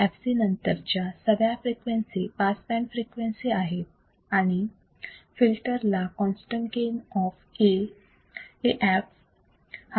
fc नंतर च्या सगळ्या फ्रिक्वेन्सी पास बँड फ्रिक्वेन्सी आहेत आणि फिल्टर ला constant gain of A Af f हा आहे